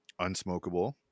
unsmokable